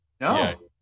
No